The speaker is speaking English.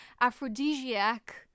aphrodisiac